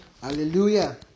Hallelujah